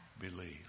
believe